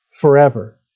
forever